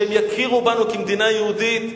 שהם יכירו בנו כמדינה יהודית,